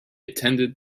attended